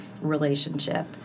relationship